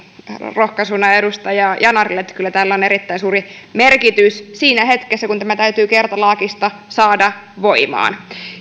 rohkaisuna edustaja yanarille että kyllä tällä on erittäin suuri merkitys siinä hetkessä kun tämä täytyy kertalaakista saada voimaan